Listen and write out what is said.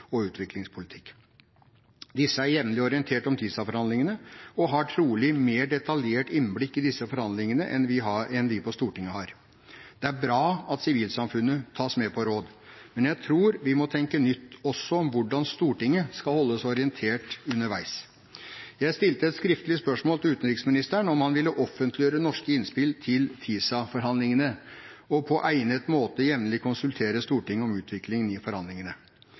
og utviklingspolitikk. Disse er jevnlig orientert om TISA-forhandlingene og har trolig mer detaljert innblikk i disse forhandlingene enn vi på Stortinget har. Det er bra at sivilsamfunnet tas med på råd, men jeg tror vi må tenke nytt også om hvordan Stortinget skal holdes orientert underveis. Jeg stilte et skriftlig spørsmål til utenriksministeren om han ville offentliggjøre norske innspill til TISA-forhandlingene og på egnet måte jevnlig konsultere Stortinget om utviklingen i forhandlingene.